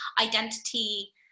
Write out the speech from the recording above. identity